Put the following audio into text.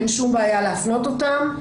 אין שום בעיה להפנות אותן.